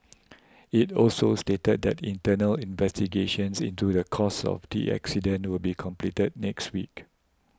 it also stated that internal investigations into the cause of the accident will be completed next week